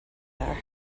there